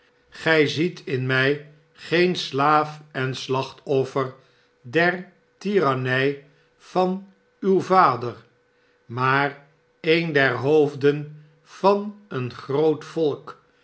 gij ziet in mij geen slaaf en slachtofter der tirannij vanuw vader maar een der hoofden van een groot volk